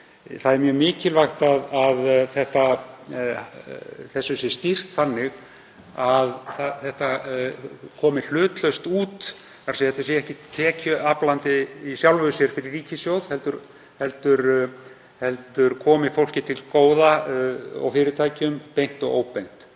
Það er mjög mikilvægt að þessu sé stýrt þannig að það komi hlutlaust út, sé ekki tekjuaflandi í sjálfu sér fyrir ríkissjóð heldur komi fólki og fyrirtækjum til góða, beint og óbeint.